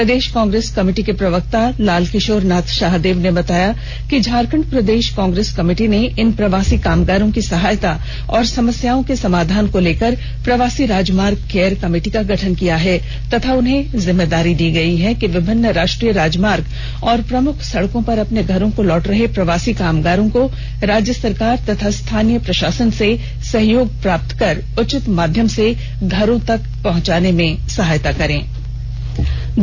प्रदेश Congress committee के प्रवक्ता लाल किशोरनाथ शाहदेव ने बताया कि झारखंड प्रदेश कांग्रेस कमेटी इन प्रवासी कामगारों की सहायता और समस्याओं के समाधान को लेकर प्रवासी राजमार्ग केयर कमेटी का गठन किया है तथा उन्हें जिम्मेवारी दी गयी है कि विभिन्न राष्ट्रीय राजमार्ग और प्रमुख सड़कों पर अपने घरों को लौट रहे प्रवासी कामगारों को राज्य सरकार एवं स्थानीय प्रशासन से सहयोग प्राप्त कर उचित माध्यम से घरों तक पहंचाने में सहायता करेंगें